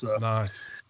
Nice